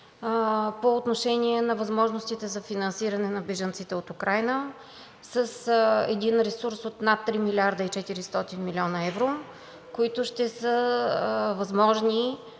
по отношение на възможностите за финансиране на бежанците от Украйна с един ресурс от над 3 млрд. и 400 млн. евро, които ще са възможни